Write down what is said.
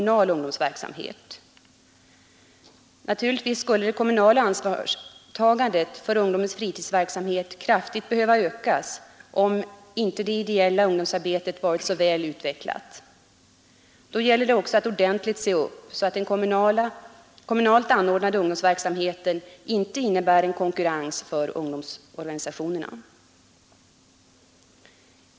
Naturligtvis skulle det kommunala ansvarstagandet för ungdomens fritidsverksamhet kraftigt behöva ökas om inte det ideella ungdomsarbetet varit så väl utvecklat. Då gäller det också att ordentligt se upp så att den kommunalt anordnade ungdomsverksamheten inte innebär en konkurrens för ungdomsorganisationerna.